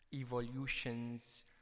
Evolutions